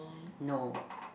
no